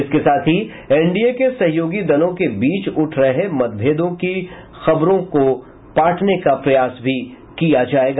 इसके साथ ही एनडीए के सहयोगी दलों के बीच उठ रहे मतभेद की खबरों को पाटने का प्रयास भी किया जायेगा